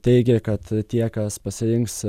teigia kad tie kas pasirinks